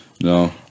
No